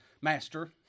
Master